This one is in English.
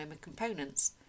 components